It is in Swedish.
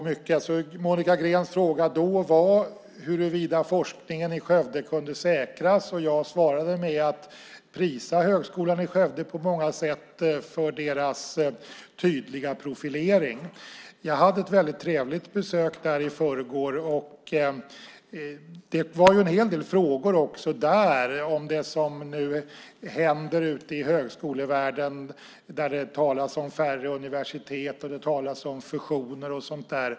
Monica Greens fråga var huruvida forskningen i Skövde kunde säkras, och jag svarade med att prisa Högskolan i Skövde på många sätt för deras tydliga profilering. Jag hade ett väldigt trevligt besök där i förrgår. Det var en hel del frågor också där om det som nu händer ute i högskolevärlden, där det talas om färre universitet, fusioner och sådant.